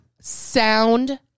Sound